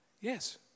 Yes